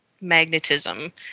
magnetism